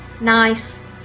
Nice